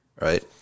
right